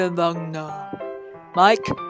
Mike